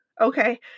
okay